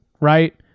right